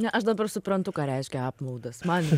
ne aš dabar suprantu ką reiškia apmaudas man